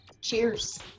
Cheers